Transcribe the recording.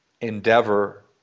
endeavor